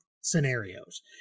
scenarios